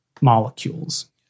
molecules